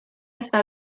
está